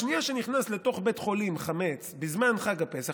בשנייה שנכנס לתוך בית חולים חמץ בזמן חג הפסח,